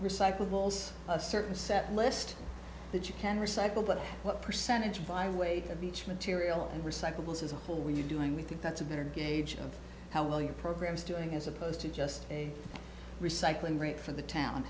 recyclables a certain set list that you can recycle but what percentage by way of each material and recyclables as a whole we're doing we think that's a better gauge of how well your program is doing as opposed to just a recycling rate for the town